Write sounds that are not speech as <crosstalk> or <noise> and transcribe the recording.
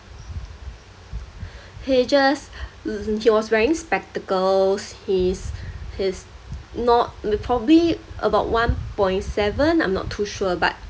<breath> he just <breath> l~ he was wearing spectacles he's <breath> he's not n~ probably about one point seven I'm not too sure but